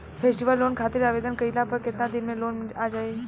Festival loan खातिर आवेदन कईला पर केतना दिन मे लोन आ जाई?